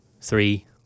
Three